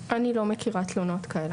אני לא מכירה תלונות כאלה.